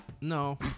No